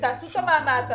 שתעשו את המאמץ,